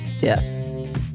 Yes